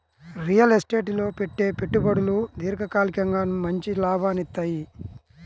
real estate లో పెట్టే పెట్టుబడులు దీర్ఘకాలికంగా మంచి లాభాలనిత్తయ్యి